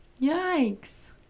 yikes